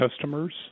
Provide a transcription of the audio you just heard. customers